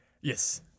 Yes